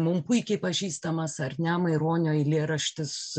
mum puikiai pažįstamas ar ne maironio eilėraštis